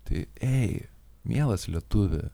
tai ei mielas lietuvi